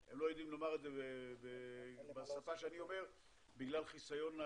הם לא יודעים לומר את זה בשפה שאני אומר בגלל חיסיון הלקוחות,